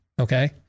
okay